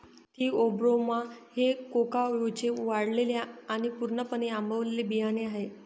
Theobroma हे कोकाओचे वाळलेले आणि पूर्णपणे आंबवलेले बियाणे आहे